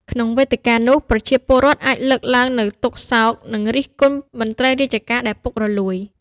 ក្នុងវេទិកានោះ ប្រជាពលរដ្ឋអាចលើកឡើងនូវទុក្ខសោក និងរិះគន់មន្ត្រីរាជការដែលពុករលួយ។